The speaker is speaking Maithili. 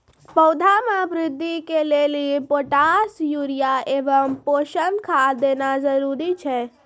पौधा मे बृद्धि के लेली पोटास यूरिया एवं पोषण खाद देना जरूरी छै?